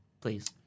please